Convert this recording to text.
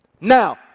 now